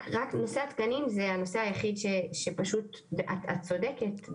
רק נושא התקנים זה הנושא היחיד שפשוט את צודקת.